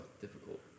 difficult